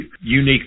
unique